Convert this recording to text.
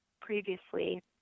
previously